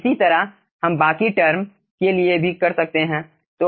इसी तरह हम बाकी टर्म के लिए भी कर सकते हैं